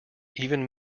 even